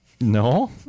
No